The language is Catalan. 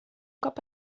cop